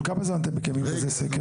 --- כל כמה זמן אתם מקיימים כזה סקר?